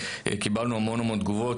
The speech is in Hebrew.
קיבלנו המון המון תגובות,